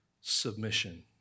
submission